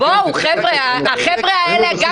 אבל אני אומרת לך שהציבור לא יצליח